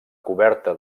coberta